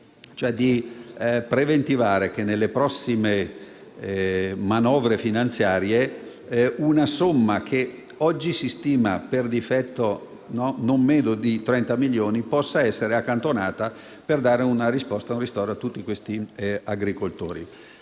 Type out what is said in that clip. dunque preventivare, nelle prossime manovre finanziarie, una somma che oggi si stima, per difetto, in non meno di 30 milioni di euro, per dare una risposta e un ristoro a tutti gli agricoltori.